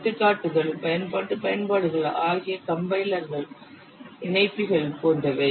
எடுத்துக்காட்டுகள் பயன்பாட்டு பயன்பாடுகள் ஆகிய கம்பைலர்கள் இணைப்பிகள் போன்றவை